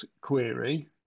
query